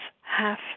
half